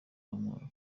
w’umwaka